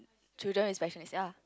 children with special needs ya